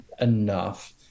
enough